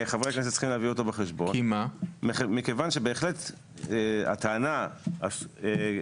חברי הכנסת צריכים להביא אותו בחשבון מכיוון שבהחלט הטענה עשויה